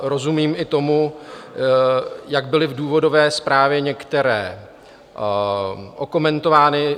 Rozumím i tomu, jak byly v důvodové zprávě některé okomentovány.